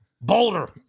Boulder